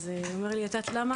את יודעת למה?